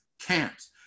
camps